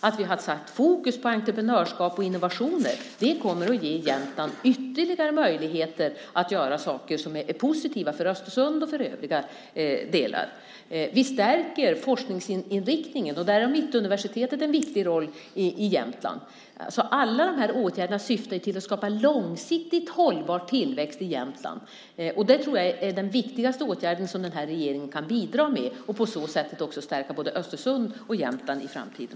Att vi har satt fokus på entreprenörskap och innovationer kommer att ge Jämtland ytterligare möjligheter att göra saker som är positiva för Östersund och för övriga delar. Vi stärker forskningsinriktningen, och där har Mittuniversitetet en viktig roll i Jämtland. Alla de här åtgärderna syftar till att skapa en långsiktigt hållbar tillväxt i Jämtland, och det tror jag är den viktigaste åtgärd som den här regeringen kan bidra med och på så sätt också stärka både Östersund och Jämtland i framtiden.